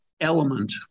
element